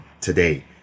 today